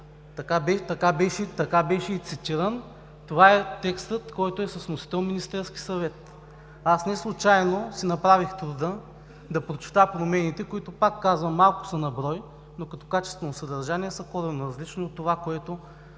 Така беше и цитиран. Това е текстът, който е с вносител Министерският съвет. Аз неслучайно си направих труда да прочета промените, които, пак казвам, са малко на брой, но като качество на съдържание са коренно различни от това, което